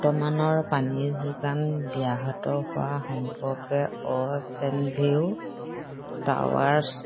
বৰ্তমানৰ পানী যোগান ব্যাহত হোৱা সম্পৰ্কে অ'চেন ভিউ টাৱাৰছ